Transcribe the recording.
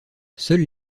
seuls